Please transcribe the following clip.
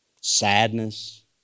sadness